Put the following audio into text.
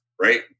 right